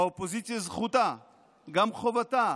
האופוזיציה, זכותה וגם חובתה